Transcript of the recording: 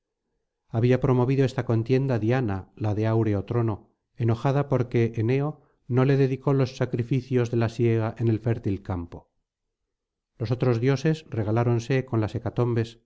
había promovido esta contienda diana la de áureo trono enojada porque éneo no le dedicó los sacrificios de la siega en el fértil campo los otros dioses regaláronse con las